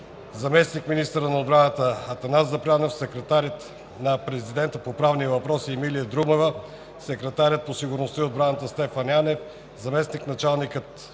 заместник-министърът на отбраната Атанас Запрянов, секретарят на президента по правните въпроси Емилия Друмева, секретарят по сигурността и отбраната Стефан Янев, заместник-началникът